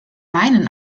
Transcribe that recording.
meinen